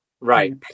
Right